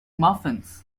muffins